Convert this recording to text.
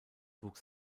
wuchs